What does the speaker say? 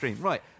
right